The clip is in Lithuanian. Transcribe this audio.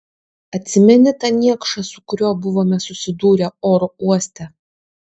atsimeni tą niekšą su kuriuo buvome susidūrę oro uoste